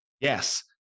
Yes